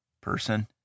Person